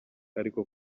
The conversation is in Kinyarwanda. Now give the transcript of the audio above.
ariko